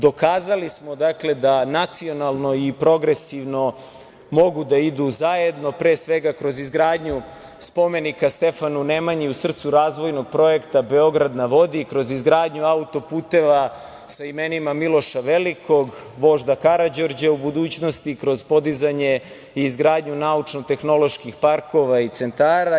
Dokazali smo, dakle, da nacionalno i progresivno mogu da idu zajedno, pre svega kroz izgradnju spomenika Stefanu Nemanji u srcu razvojnog projekta „Beograd na vodi“ i kroz izgradnju auto-puteva sa imenima Miloša Velikog, vožda Karađorđa u budućnosti i kroz podizanje i izgradnju naučno-tehnoloških parkova i centara.